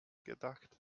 gedacht